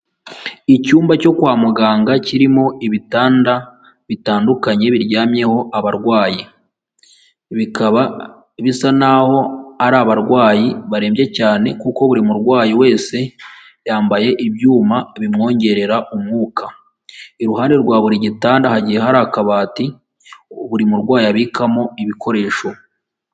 Icyumba cyo kwa muganga kirimo ibitanda bitandukanye biryamyeho abarwayi, bikaba bisa n'aho ari abarwayi barembye cyane kuko buri murwayi wese yambaye ibyuma bimwongerera umwuka, iruhande rwa buri gitanda hagiye hari akabati buri murwayi abikamo ibikoresho.